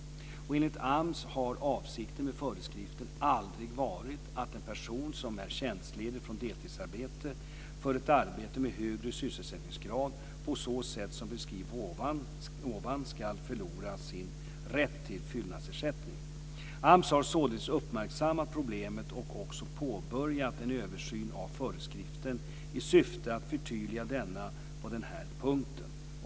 Enligt AMS har avsikten med föreskriften aldrig varit att en person som är tjänstledig från deltidsarbete för ett arbete med högre sysselsättningsgrad, på sätt som beskrivits tidigare, ska förlora sin rätt till fyllnadsersättning. AMS har således uppmärksammat problemet och också påbörjat en översyn av föreskriften i syfte att förtydliga denna på den här punkten.